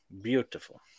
Beautiful